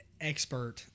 expert